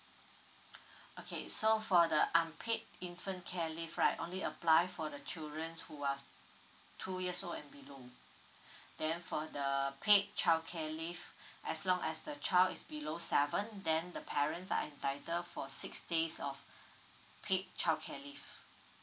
okay so for the unpaid infant care leave right only applied for the children who are two years old and below then for the paid childcare leave as long as the child is below seven then the parents are entitled for six days of paid childcare leave